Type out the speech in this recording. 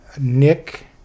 Nick